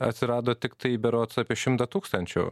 atsirado tiktai berods apie šimtą tūkstančių